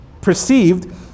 perceived